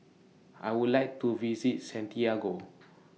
I Would like to visit Santiago